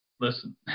listen